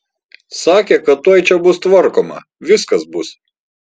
sakė kad tuoj čia bus tvarkoma viskas bus